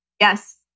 Yes